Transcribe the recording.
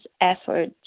effort